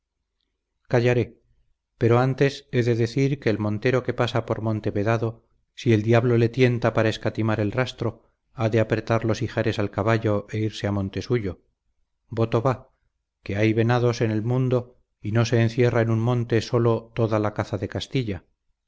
callaré pero antes he de decir que el montero que pasa por monte vedado si el diablo le tienta para escatimar el rastro ha de apretar los ijares al caballo e irse a monte suyo voto va que hay venados en el mundo y no se encierra en un monte solo toda la caza de castilla